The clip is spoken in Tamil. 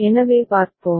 எனவே பார்ப்போம்